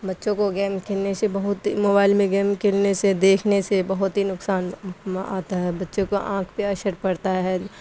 بچوں کو گیم کھیلنے سے بہت موبائل میں گیم کھیلنے سے دیکھنے سے بہت ہی نقصان آتا ہے بچوں کو آنکھ پہ اثر پڑتا ہے